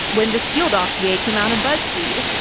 when the steele dossier came out on buzzfeed,